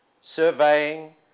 surveying